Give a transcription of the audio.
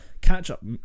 catch-up